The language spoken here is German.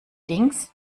links